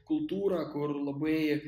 kultūra kur labai